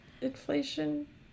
inflation